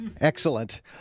Excellent